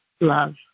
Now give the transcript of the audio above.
love